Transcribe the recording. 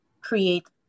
create